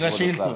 של השאילתות.